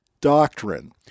doctrine